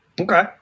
Okay